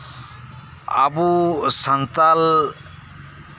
ᱟᱵᱚ ᱥᱟᱱᱛᱟᱞ